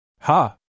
Ha